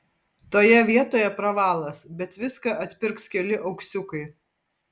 toje vietoje pravalas bet viską atpirks keli auksiukai